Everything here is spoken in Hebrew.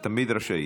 את תמיד רשאית.